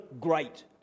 great